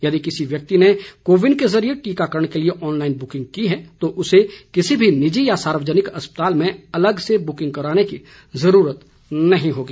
यदि किसी व्यक्ति ने को विन के जरिए टीकाकरण के लिए ऑनलाइन बुकिंग की है तो उसे किसी भी निजी या सार्वजनिक अस्पताल में अलग से बुकिंग कराने की जरूरत नहीं होगी